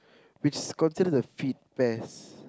which considers a fit test